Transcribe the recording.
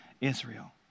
Israel